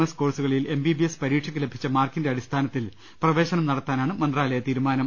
S കോഴ്സുകളിൽ M B B S പരീക്ഷയ്ക്ക് ലഭിച്ച മാർക്കിന്റെ അടിസ്ഥാനത്തിൽ പ്രവേശനം നടത്താനാണ് മന്ത്രാലയത്തിന്റെ തീരുമാനം